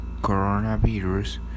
coronavirus